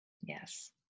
Yes